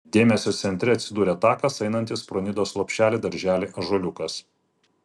dėmesio centre atsidūrė takas einantis pro nidos lopšelį darželį ąžuoliukas